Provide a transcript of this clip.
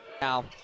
now